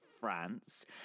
France